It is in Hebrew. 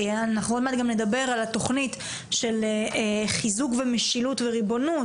אנחנו עוד מעט גם נדבר על התכנית של חיזוק המשילות והריבונות,